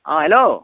অঁ হেল্ল'